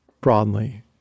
broadly